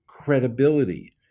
credibility